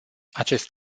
acest